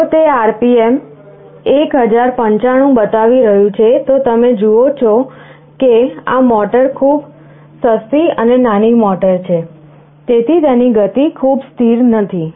જો તે RPM 1095 બતાવી રહ્યું છે તો તમે જુઓ છો કે આ મોટર ખૂબ સસ્તી અને નાની મોટર છે તેથી તેની ગતિ ખૂબ સ્થિર નથી